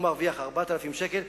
הוא מרוויח 4,000 שקל.